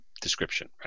description